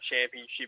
Championship